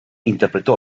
interpretó